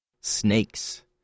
snakes